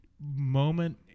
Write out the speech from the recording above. moment